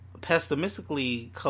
pessimistically